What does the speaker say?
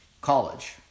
college